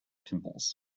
pimples